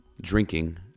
drinking